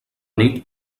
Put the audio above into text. nit